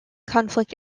conflict